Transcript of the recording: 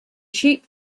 sheep